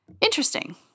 interesting